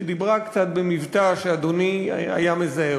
שדיברה קצת במבטא שאדוני היה מזהה,